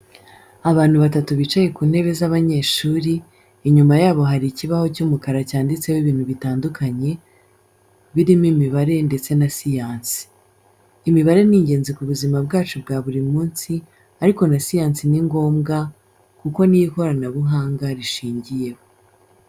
Abantu batatu bicaye ku ntebe z'abanyeshuri, inyuma yabo hari ikibaho cy'umukara cyanditseho ibintu bitandukanye, birimo imibare ndetse na siyansi. Imibare ni ingenzi mu buzima bwacu bwa buri munsi ariko na siyansi ni ngombwa kuko ni yo ikoranabuhanga rishingiyeho.